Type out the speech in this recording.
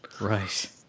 Right